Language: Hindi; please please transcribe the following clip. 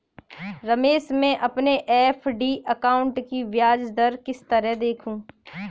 रमेश मैं अपने एफ.डी अकाउंट की ब्याज दर किस तरह देखूं?